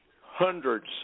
hundreds